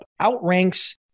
outranks